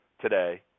today